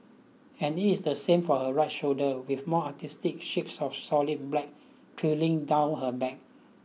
and it's the same for her right shoulder with more artistic shapes of solid black trailing down her back